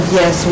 yes